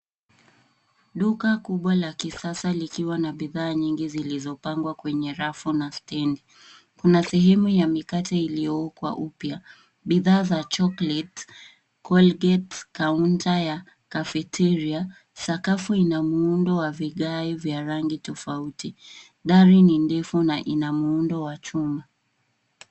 Duka kubwa la kisasa likiwa na bidhaa nyingi zilizopangwa kwenye rafu na stendi. Kuna sehemu ya mikate iliyookwa upya. Bidhaa za chocolate , colgate kaunta ya kafeteria, sakafu inamuondo wa vigae vya rangi tofauti. Dari ni ndefu na ina muundo wa chuma.